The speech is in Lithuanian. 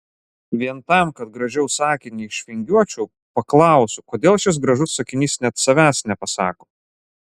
vien tam kad gražiau sakinį išvingiuočiau paklausiu kodėl šis gražus sakinys net savęs nepasako